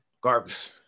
garbage